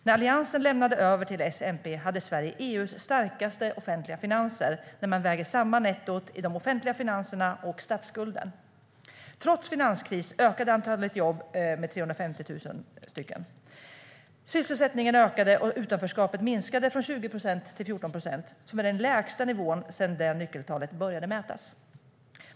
När Alliansen lämnade över till Socialdemokraterna och Miljöpartiet hade Sverige EU:s starkaste offentliga finanser när man väger samman nettot i de offentliga finanserna och statsskulden. Trots finanskris ökade antalet jobb med 350 000. Sysselsättningen ökade, och utanförskapet minskade från 20 procent till 14 procent, vilket är den lägsta nivån sedan detta nyckeltal började mätas.